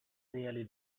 nearly